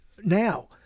now